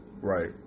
Right